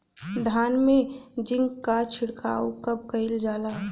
धान में जिंक क छिड़काव कब कइल जाला?